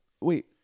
wait